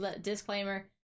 Disclaimer